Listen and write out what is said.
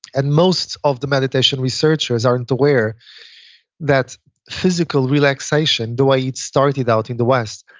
and most of the meditation researchers aren't aware that physical relaxation, the way it started out in the west,